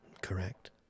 Correct